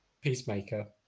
Peacemaker